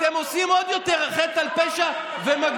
אתם עושים עוד יותר חטא על פשע ומגדילים.